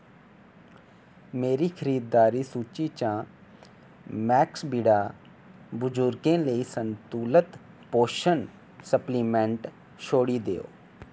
मेरी खरीदारी सूची चा मैक्सविडा बजुर्गें लेई संतुलत पोशन सप्लीमेंट्ट छोड़ी देओ